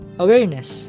awareness